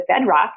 bedrock